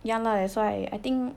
yeah lah that's why I think